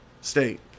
State